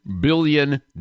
billion